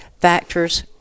Factors